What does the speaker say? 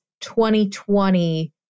2020